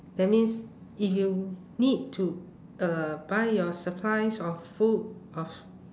that means if you need to uh buy your supplies of food of